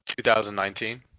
2019